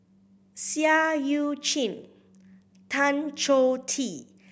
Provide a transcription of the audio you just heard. Seah Eu Chin Tan Choh Tee